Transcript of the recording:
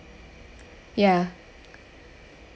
ya